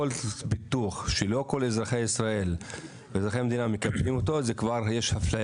כל ביטוח שלא כל אזרחי מדינת ישראל מקבלים זאת אפליה.